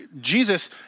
Jesus